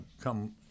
come